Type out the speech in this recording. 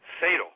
fatal